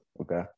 okay